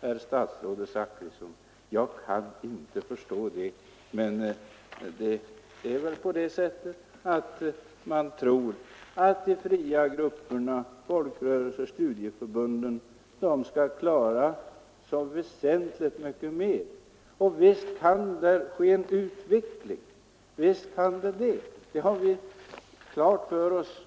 herr statsrådet Zachrisson? Jag kan inte förstå det. Statsrådet tror väl att de fria grupperna, folkrörelserna och studieförbunden skall klara så väsentligt mycket mer än för närvarande. Och visst kan där ske en utveckling — det har vi alla klart för oss.